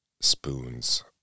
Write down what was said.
spoons